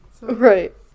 Right